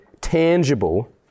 tangible